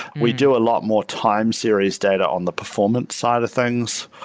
we do a lot more time series data on the performance side of things.